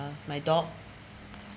my dog